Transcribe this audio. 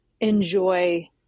enjoy